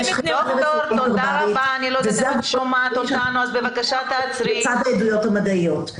--- לצד העדויות המדעיות.